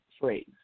phrase